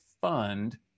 fund